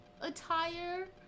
attire